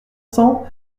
cents